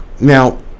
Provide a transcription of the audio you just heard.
now